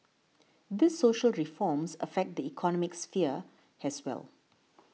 these social reforms affect the economic sphere as well